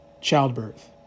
childbirth